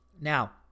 Now